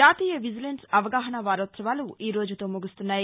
జాతీయ విజిలెన్స్ అవగాహనా వారోత్సవాలు ఈ రోజుతో ముగుస్తున్నాయి